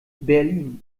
berlin